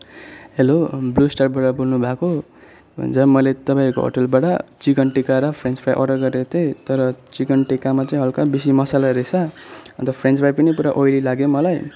hello blue स्टारबाट बोल्नुभएको हुन्छ मैले तपाईँको होटलबाट चिकन टिक्का र फ्रेन्च फ्राइ अर्डर गरिरहेको थिए तर चिकन टिक्कामा चाहिँ हलका बेसी मसाला रहेछ अन्त फ्रेन्च फ्राइ पनि हलका ओइली लाग्यो मलाई